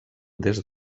des